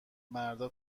مردا